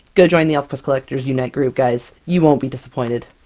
go join the elfquest collectors unite group guys! you won't be disappointed!